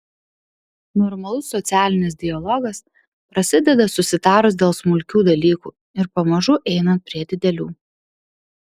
normalus socialinis dialogas prasideda susitarus dėl smulkių dalykų ir pamažu einant prie didelių